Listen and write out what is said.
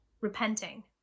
repenting